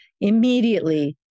immediately